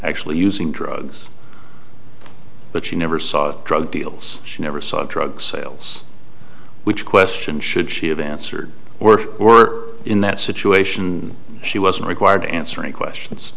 actually using drugs but she never saw drug deals she never saw drug sales which question should she have answered were were in that situation she wasn't required to answer any questions